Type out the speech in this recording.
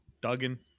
duggan